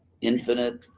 infinite